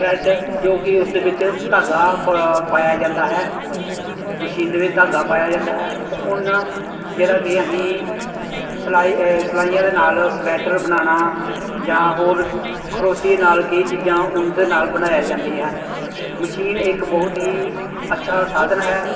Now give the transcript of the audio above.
thread ਜੋ ਕਿ ਉਸ ਦੇ ਵਿੱਚ ਧਾਗਾ ਪ ਪਾਇਆ ਜਾਂਦਾ ਹੈ ਮਸ਼ੀਨ ਦੇ ਵਿੱਚ ਧਾਗਾ ਪਾਇਆ ਜਾਂਦਾ ਹੈ ਅਤੇ ਉੱਨ ਜਿਹੜਾ ਕਿ ਅਸੀਂ ਸਿਲਾਈ ਸਲਾਈਆਂ ਦੇ ਨਾਲ ਸਵੈਟਰ ਬਣਾਉਣਾ ਜਾਂ ਹੋਰ ਖਰੋਸ਼ੀਏ ਨਾਲ ਕਈ ਚੀਜ਼ਾਂ ਉੱਨ ਦੇ ਨਾਲ ਬਣਾਈਆਂ ਜਾਂਦੀਆਂ ਹਨ ਮਸ਼ੀਨ ਇੱਕ ਬਹੁਤ ਹੀ ਅੱਛਾ ਸਾਧਨ ਹੈ